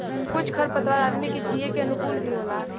कुछ खर पतवार आदमी के जिये के अनुकूल भी होला